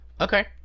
Okay